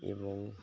ଏବଂ